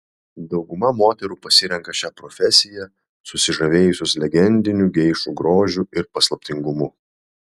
dauguma moterų pasirenka šią profesiją susižavėjusios legendiniu geišų grožiu ir paslaptingumu